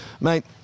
mate